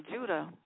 Judah